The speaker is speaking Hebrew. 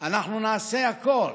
אנחנו נעשה הכול